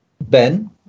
Ben